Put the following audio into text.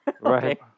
right